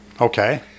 Okay